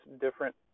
different